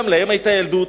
גם להם היתה ילדות,